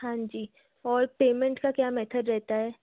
हाँ जी और पेमेंट का क्या मैथड रहता है